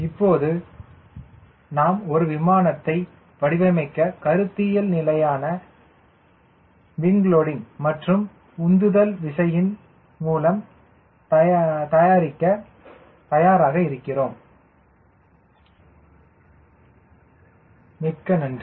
இப்போது நாம் ஒரு விமானத்தை வடிவமைக்க கருத்தியல் நிலையான விங் லோடிங் மற்றும் உந்துதல் விசையின் மூலம் தயாரிக்க தயாராக இருக்கிறோம் மிக்க நன்றி